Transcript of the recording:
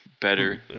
better